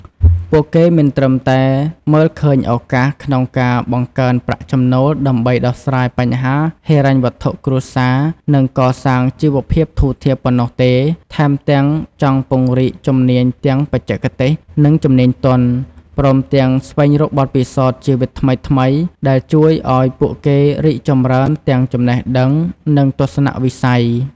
ពួកគេមិនត្រឹមតែមើលឃើញឱកាសក្នុងការបង្កើនប្រាក់ចំណូលដើម្បីដោះស្រាយបញ្ហាហិរញ្ញវត្ថុគ្រួសារ និងកសាងជីវភាពធូរធារប៉ុណ្ណោះទេ ថែមទាំងចង់ពង្រីកជំនាញទាំងបច្ចេកទេស និងជំនាញទន់ ព្រមទាំងស្វែងរកបទពិសោធន៍ជីវិតថ្មីៗដែលជួយឱ្យពួកគេរីកចម្រើនទាំងចំណេះដឹង និងទស្សនវិស័យ។